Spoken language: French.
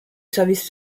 service